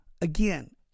again